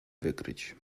wykryć